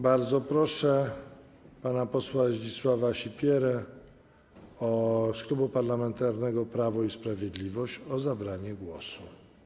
Bardzo proszę pana posła Zdzisława Sipierę z Klubu Parlamentarnego Prawo i Sprawiedliwość o zabranie głosu.